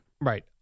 Right